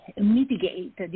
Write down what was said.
mitigate